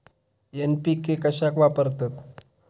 NPK कशाक वापरतत?